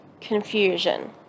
confusion